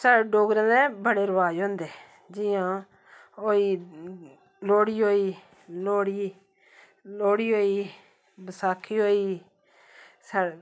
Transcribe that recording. साढ़े डोगरे दे बड़े रिबाज होंदे जि'यां होई लोह्ड़ी होई लोह्ड़ी लोह्ड़ी होई बसाखी होई साढ़े